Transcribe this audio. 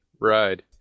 ride